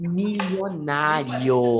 milionário